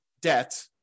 debt